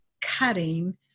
cutting